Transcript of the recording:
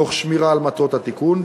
תוך שמירה על מטרות התיקון,